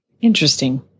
Interesting